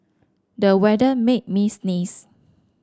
the weather made me sneeze